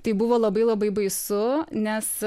tai buvo labai labai baisu nes